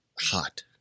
hot